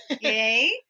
Yay